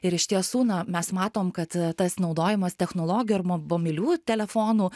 ir iš tiesų na mes matom kad tas naudojimas technologijų ar mobiliųjų telefonų